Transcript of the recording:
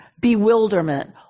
bewilderment